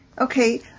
Okay